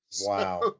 Wow